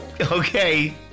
Okay